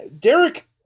Derek